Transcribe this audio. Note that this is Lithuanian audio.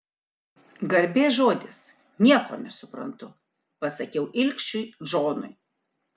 garbės žodis nieko nesuprantu pasakiau ilgšiui džonui